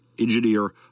engineer